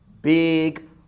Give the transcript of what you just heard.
big